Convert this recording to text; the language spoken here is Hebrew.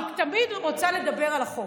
אני תמיד רוצה לדבר על החוק,